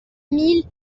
mille